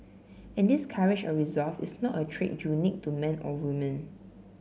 and this courage or resolve is not a trait unique to men or woman